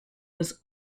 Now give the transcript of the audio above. was